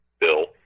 bill